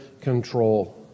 control